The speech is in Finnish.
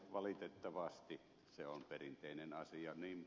valitettavasti se on perinteinen asia